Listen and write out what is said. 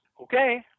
okay